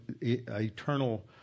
eternal